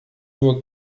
nur